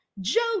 Joe